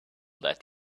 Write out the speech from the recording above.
that